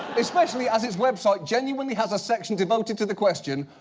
especially as its website genuinely has a section devoted to the question,